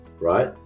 right